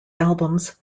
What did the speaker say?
albums